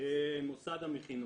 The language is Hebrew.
מוסד המכינות.